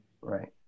Right